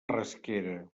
rasquera